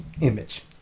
image